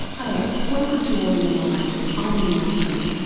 hello, welcome to all in the mind, i'm lynne malcolm.